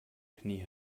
knie